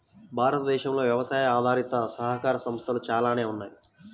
భారతదేశంలో వ్యవసాయ ఆధారిత సహకార సంస్థలు చాలానే ఉన్నాయి